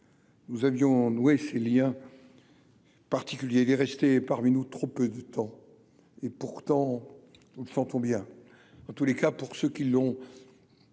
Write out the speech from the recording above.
nous avions noué ses Liens particuliers, les rester parmi nous, trop peu de temps, et pourtant il s'entend bien, en tous les cas pour ceux qui l'ont